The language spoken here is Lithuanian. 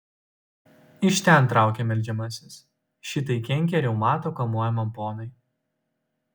iš ten traukia meldžiamasis šitai kenkia reumato kamuojamam ponui